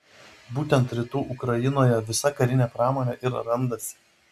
būtent rytų ukrainoje visa karinė pramonė ir randasi